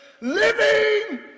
living